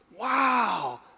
Wow